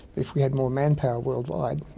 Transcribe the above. if we had more manpower worldwide,